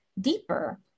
deeper